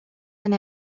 and